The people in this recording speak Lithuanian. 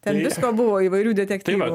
ten visko buvo įvairių detektyvų